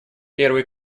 первый